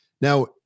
Now